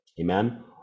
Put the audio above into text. amen